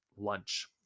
lunch